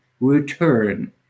return